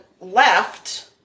left